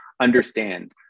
Understand